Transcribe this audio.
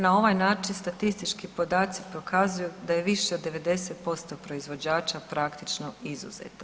Na ovaj način statistički podaci pokazuju da je više od 90% proizvođača praktično izuzeto.